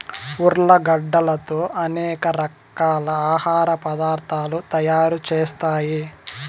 ఉర్లగడ్డలతో అనేక రకాల ఆహార పదార్థాలు తయారు చేత్తారు